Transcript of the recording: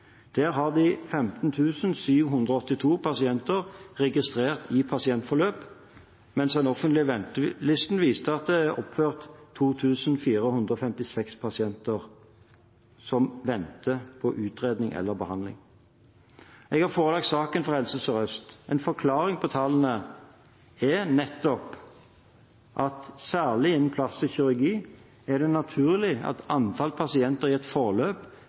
Der hadde de 15 782 pasienter registrert i pasientforløp, mens den offentlige ventelisten viste at det var oppført 2 456 pasienter som venter på utredning eller behandling. Jeg har forelagt saken for Helse Sør-Øst. En forklaring på tallene er nettopp at særlig innen plastisk kirurgi er det naturlig at antall pasienter i et forløp